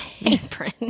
Apron